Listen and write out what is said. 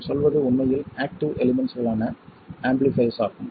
நாம் சொல்வது உண்மையில் ஆக்ட்டிவ் எலிமெண்ட்ஸ்களான ஆம்பிளிஃபைர்ஸ் ஆகும்